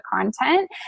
content